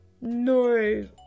no